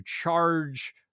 charge